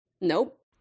Nope